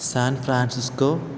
San Francisco